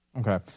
Okay